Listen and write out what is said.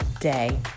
day